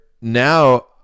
now